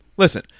Listen